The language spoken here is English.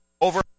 over